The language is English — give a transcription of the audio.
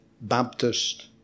Baptist